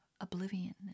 oblivion